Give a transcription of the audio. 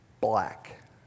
black